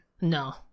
No